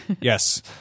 yes